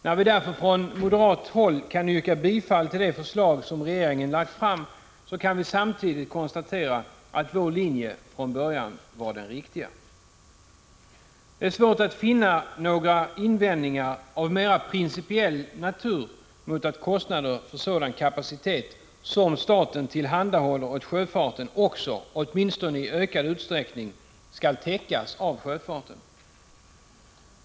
När vi därför från moderat håll kan yrka bifall till det förslag som regeringen lagt fram, kan vi samtidigt konstatera att vår linje från början var den riktiga. Det är svårt att finna några invändningar av mera principiell natur mot att kostnader för sådan kapacitet som staten tillhandahåller åt sjöfarten också — åtminstone i ökad utsträckning — skall täckas av sjöfarten.